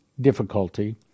difficulty